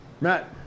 Matt